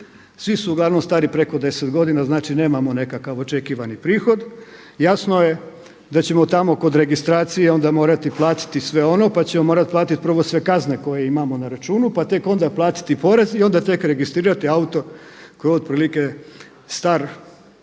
Svi su uglavnom stari peko 10 godina. Znači nemamo nekakav očekivani prihod. Jasno je da ćemo tamo kod registracije onda morati platiti sve ono, pa ćemo morati platiti prvo sve kazne koje imamo na računu, pa tek onda platiti porez i onda tek registrirati auto koji je otprilike star 10-tak,